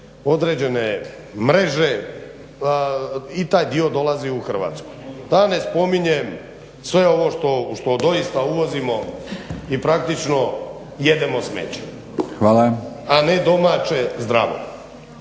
određene mreže i taj dio dolazi u Hrvatsku. Da ne spominjem sve ovo što doista uvozimo i praktično jedemo smeće a ne domaće zdravo.